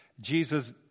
Jesus